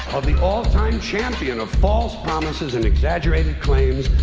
of the all-time champion of false promises and exaggerated claims.